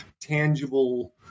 tangible